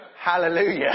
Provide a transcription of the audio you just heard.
Hallelujah